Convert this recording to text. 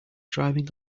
driving